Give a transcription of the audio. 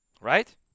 Right